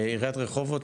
עיריית רחובות,